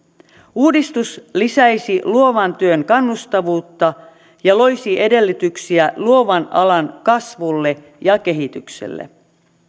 uudistus lisäisi luovan työn kannustavuutta ja loisi edellytyksiä luovan alan kasvulle ja kehitykselle